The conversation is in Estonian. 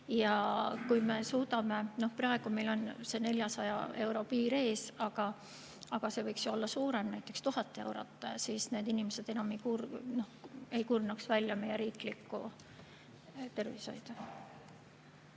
Ja kui me suudame – praegu meil on see 400 euro piir ees, aga see summa võiks olla suurem, näiteks 1000 eurot –, siis need inimesed enam ei kurnaks meie riiklikku tervishoidu.